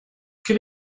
quel